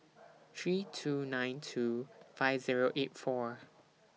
three two nine two five Zero eight four